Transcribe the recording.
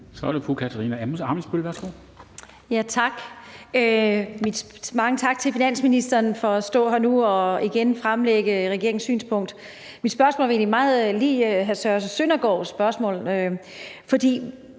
Kl. 13:22 Katarina Ammitzbøll (KF): Tak. Mange tak til finansministeren for at stå her nu og igen fremlægge regeringens synspunkt. Mit spørgsmål er egentlig meget lig hr. Søren Søndergaards spørgsmål. Vi